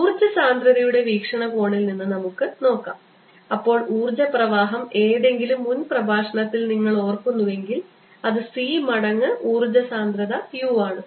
ഊർജ്ജ സാന്ദ്രതയുടെ വീക്ഷണകോണിൽ നിന്ന് നമുക്ക് നോക്കാം അപ്പോൾ ഊർജ്ജ പ്രവാഹം ഏതെങ്കിലും മുൻ പ്രഭാഷണത്തിൽ നിങ്ങൾ ഓർക്കുന്നുവെങ്കിൽ അത് c മടങ്ങ് ഊർജ്ജ സാന്ദ്രത u ആണ്